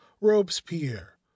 Robespierre